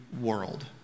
world